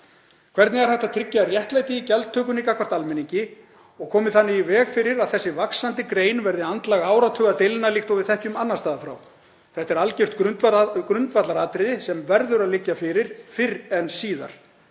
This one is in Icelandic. Hvernig er hægt að tryggja réttlæti í gjaldtökunni gagnvart almenningi og koma þannig í veg fyrir að þessi vaxandi grein verði andlag áratuga deilna, líkt og við þekkjum annars staðar frá? Þetta er algjört grundvallarmál og grundvallaratriði sem verður að liggja fyrir fyrr en síðar.